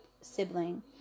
sibling